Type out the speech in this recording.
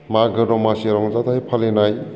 मागो दमासि रंजाथाय फालिनाय